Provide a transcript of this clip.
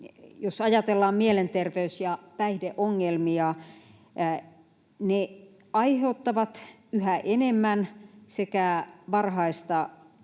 Jos ajatellaan mielenterveys- ja päihdeongelmia, niin ne aiheuttavat yhä enemmän sekä varhaista